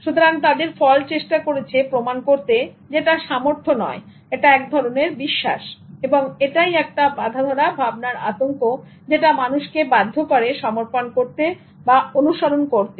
সুতরাং তাদের ফল চেষ্টা করেছে প্রমাণ করতে যে এটা সামর্থ্য নয় এটা এক ধরনের বিশ্বাস এবং এটাই একটা বাঁধাধরা ভাবনার আতঙ্ক যেটা মানুষকে বাধ্য করে সমর্পণ করতো অনুসরণ করতে